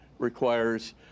requires